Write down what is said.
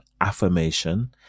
affirmation